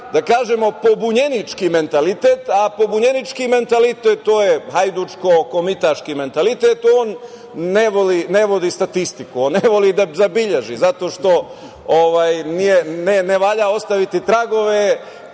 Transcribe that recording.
da kažemo, pobunjenički mentalitet, a pobunjenički mentalitet, to je hajdučko komitaški mentalitet, on ne voli statistiku, on ne voli da zabeleži, zato što ne valja ostaviti tragove